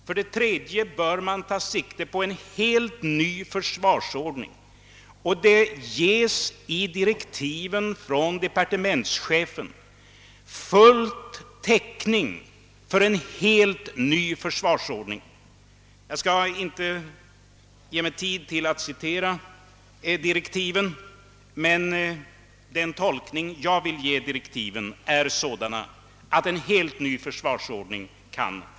För det tredje bör man ta sikte på en helt ny försvarsordning. Jag skall inte ta upp tid med att citera direktiven, men i dessa ger departementschefen full täckning för en helt ny försvarsordning, åtminstone enligt min tolkning.